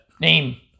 name